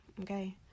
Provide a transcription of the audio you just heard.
Okay